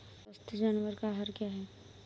स्वस्थ जानवर का आहार क्या है?